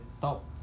top